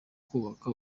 kubaka